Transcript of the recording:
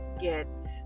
get